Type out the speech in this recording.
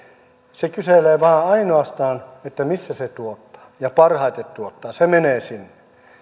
se kyselee vain ainoastaan että missä se tuottaa ja parhaiten tuottaa se menee sinne